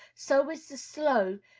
so is the slow,